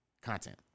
Content